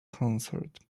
concert